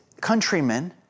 countrymen